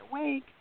awake